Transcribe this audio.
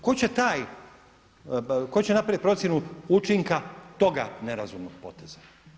Tko će taj, tko će napraviti procjenu učinka toga nerazumnog poteza.